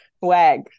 wag